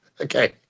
Okay